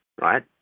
right